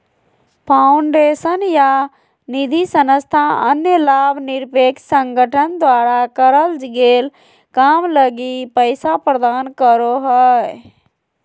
foundation या निधिसंस्था अन्य लाभ निरपेक्ष संगठन द्वारा करल गेल काम लगी पैसा प्रदान करो हय